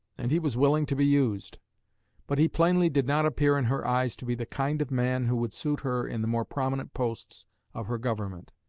and he was willing to be used but he plainly did not appear in her eyes to be the kind of man who would suit her in the more prominent posts of her government.